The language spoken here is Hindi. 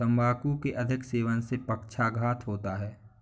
तंबाकू के अधिक सेवन से पक्षाघात होता है